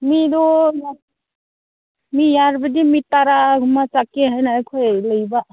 ꯃꯤꯗꯨ ꯃꯤ ꯌꯥꯔꯕꯗꯤ ꯃꯤ ꯇꯔꯥꯒꯨꯝꯕ ꯆꯠꯀꯦ ꯍꯥꯏꯅ ꯑꯩꯈꯣꯏ ꯂꯩꯕ